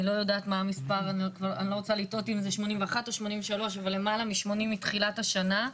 אני לא רוצה לטעות אם זה 81 או 83 אבל למעלה מ-80 מתחילת השנה,